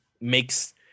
makes